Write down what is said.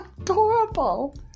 adorable